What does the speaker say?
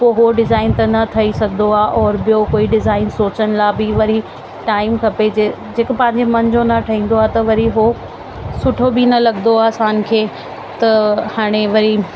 पोइ उहो डिज़ाइन त न ठही सघंदो आहे और ॿियो कोई डिज़ाइन सोचण लाइ बि वरी टाइम खपे जे जेके पंहिंजे मन जो न ठहींदो आहे त वरी उहो सुठो बि न लॻंदो आहे असांखे त हाणे वरी